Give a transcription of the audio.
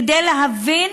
כדי להבין